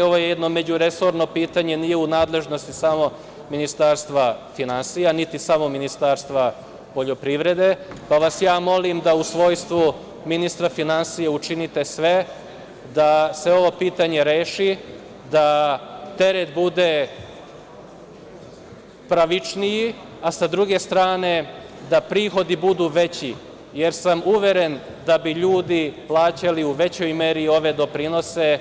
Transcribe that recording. Ovo je jedno međuresorno pitanje, nije u nadležnosti samo Ministarstva finansija, niti samo Ministarstva poljoprivrede, pa vas molim da u svojstvu ministra finansije učinite sve da se ovo pitanje reši, da teret bude pravičniji, a sa druge strane da prihodi budu veći, jer sam uveren da bi ljudi plaćali u većoj meri i ove doprinose